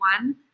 one